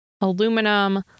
aluminum